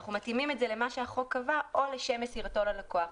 וכאן אנחנו מתאימים למה שהחוק קבע או לשם מסירתו ללקוח.